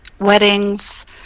weddings